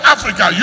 Africa